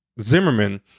Zimmerman